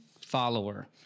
follower